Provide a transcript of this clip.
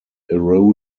during